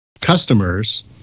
customers